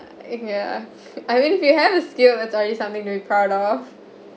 yeah I mean we have a skill it's already something to be proud of